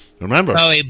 Remember